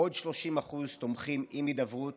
עוד 30% תומכים עם הידברות,